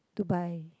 Dubai